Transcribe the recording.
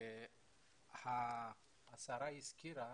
השרה הזכירה